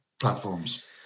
platforms